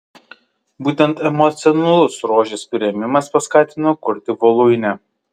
būtent emocionalus rožės priėmimas paskatino kurti voluinę